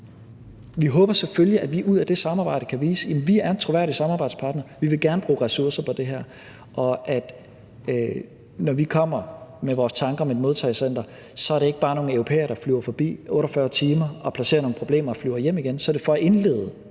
Vi håber selvfølgelig, at vi ud af det samarbejde kan vise, at vi er en troværdig samarbejdspartner, og at vi gerne vil bruge ressourcer på det her. Og når vi kommer med vores tanker om et modtagecenter, er det ikke bare nogle europæere, der flyver forbi, er der i 48 timer, placerer nogle problemer og flyver hjem igen, men så er det for at indlede